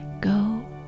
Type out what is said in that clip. Go